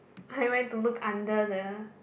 I went to look under the